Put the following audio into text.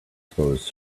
expose